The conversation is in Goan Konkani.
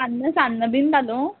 सान्न सान्न बीन धादूं